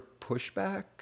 pushback